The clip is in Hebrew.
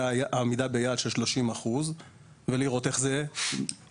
עמידה ביעד של 30 אחוזים ולראות איך זה ישים.